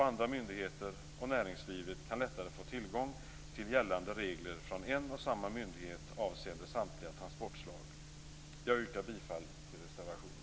Andra myndigheter - och näringslivet - kan lättare få tillgång till gällande regler från en och samma myndighet avseende samtliga transportslag. Jag yrkar bifall till reservationen.